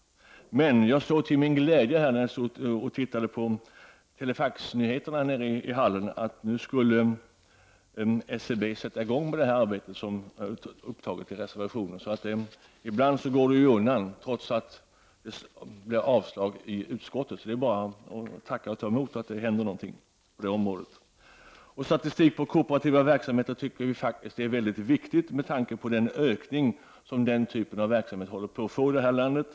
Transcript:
Men när jagläste telefaxnyheterna i bankhallen såg jag till min glädje att SCB nu skall sätta i gång med det arbete som tas upp i reservationen. Ibland går det undan, trots att utskottet har avstyrkt. Det är bara att tacka och ta emot, att det händer någonting på detta område. Vi tycker att det är väldigt viktigt med statistik över kooperativa verksamheter med tanke på att denna typ av verksamhet håller på att öka i det här landet.